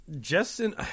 Justin